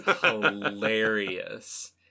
hilarious